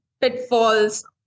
pitfalls